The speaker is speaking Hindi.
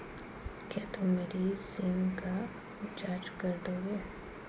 क्या तुम मेरी सिम का रिचार्ज कर दोगे?